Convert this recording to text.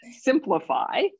simplify